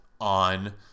on